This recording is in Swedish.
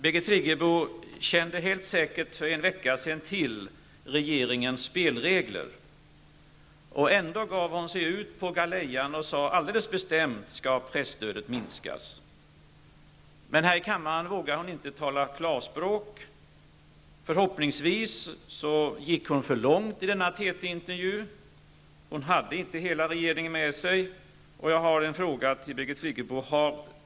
Birgit Friggebo kände helt säkert till regeringen spelregler för en vecka sedan. Ändå gav hon sig ut på galejan och sade alldeles bestämt att presstödet skall minskas. Men här i kammaren vågar hon inte tala klarspråk. Förhoppningsvis gick hon för långt i denna TT intervju och hade inte hela regeringen med sig. Jag har därför en fråga till Birgit Friggebo.